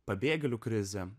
pabėgėlių krizė